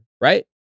right